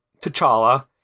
T'Challa